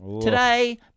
Today